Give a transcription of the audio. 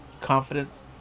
confidence